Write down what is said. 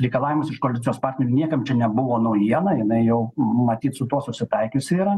reikalavimas iš koalicijos partnerių niekam čia nebuvo naujiena jinai jau matyt su tuo susitaikiusi yra